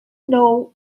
know